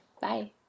Bye